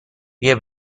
بیا